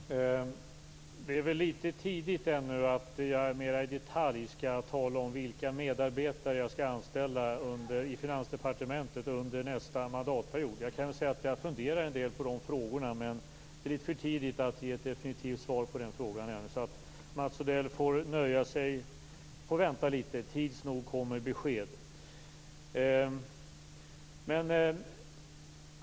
Herr talman! Det är väl litet tidigt ännu för att jag mer i detalj skall tala om vilka medarbetare jag skall anställa i Finansdepartementet under nästa mandatperiod. Jag funderar en del på de frågorna, men det är litet för tidigt att ge ett definitivt svar på den frågan ännu. Mats Odell får vänta litet. Tids nog kommer besked.